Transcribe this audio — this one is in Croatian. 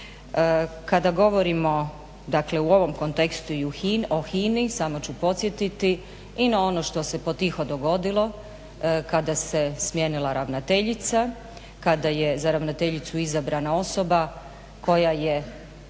Kada govorimo, dakle u ovom kontekstu i o HINA-i samo ću podsjetiti i na ono što se potiho dogodilo kada se smijenila ravnateljica, kada je za ravnateljicu izabrana osoba koja je